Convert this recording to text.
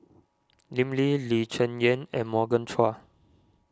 Lim Lee Lee Cheng Yan and Morgan Chua